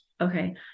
Okay